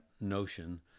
notion